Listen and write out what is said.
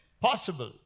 Possible